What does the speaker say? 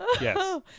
yes